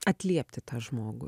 atliepti tą žmogų